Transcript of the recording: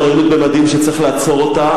שצריך לעצור אותה.